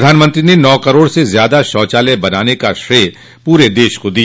प्रधानमंत्री ने नौ करोड़ से ज्यादा शौचालय बनाने का श्रेय पूरे देश को दिया